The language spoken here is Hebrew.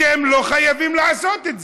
אתם לא חייבים לעשות את זה.